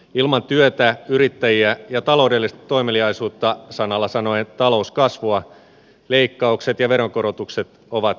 ilman työtä yrittäjiä ja taloudellista toimeliaisuutta sanalla sanoen talouskasvua leikkaukset ja veronkorotukset ovat huutamista tuuleen